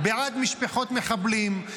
בעד משפחות מחבלים.